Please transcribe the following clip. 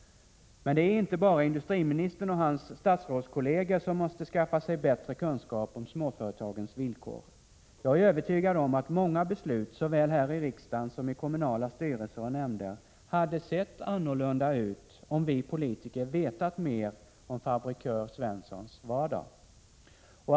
Men det är inte bara industriministern och hans statsrådskolleger som måste skaffa sig bättre kunskap om småföretagens villkor. Jag är övertygad om att många beslut, såväl här i riksdagen som i kommunala styrelser och nämnder, hade sett annorlunda ut om vi politiker vetat mer om fabrikör Svenssons vardag.